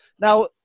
Now